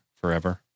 forever